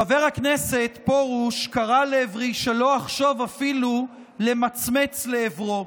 חבר הכנסת פרוש קרא לעברי שלא אחשוב אפילו למצמץ לעברו,